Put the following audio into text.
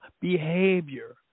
behavior